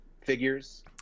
figures